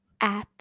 apps